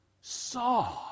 saw